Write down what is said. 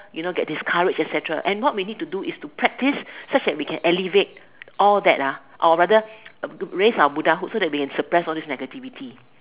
you know get this courage etcetera and what we need to do is to practise such that we can elevate all that ah or rather raise our Buddhahood so that we can suppress all this negativity